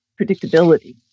predictability